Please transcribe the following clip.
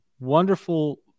wonderful